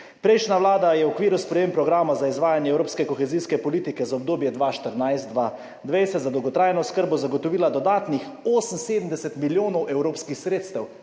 Prejšnja vlada je v okviru sprejem programa za izvajanje evropske kohezijske politike za obdobje 2014-2020 za dolgotrajno oskrbo, zagotovila dodatnih 78 milijonov evropskih sredstev